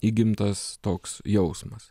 įgimtas toks jausmas